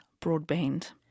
broadband